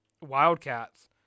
Wildcats